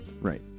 Right